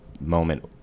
moment